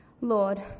Lord